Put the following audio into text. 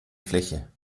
fläche